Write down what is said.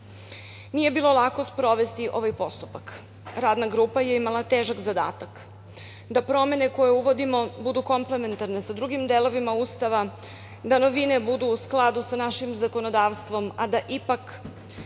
bilo lako sprovesti ovaj postupak. Radna grupa je imala težak zadatak da promene koje uvodimo budu komplementarne sa drugim delovima Ustava, da novine budu u skladu sa našim zakonodavstvom, a da ipak